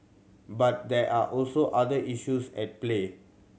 but there are also other issues at play